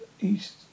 east